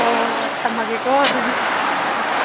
ꯍꯣꯏ ꯍꯣꯏ ꯍꯣꯏ ꯊꯝꯃꯒꯦꯀꯣ ꯑꯗꯨꯗꯤ ꯎꯝ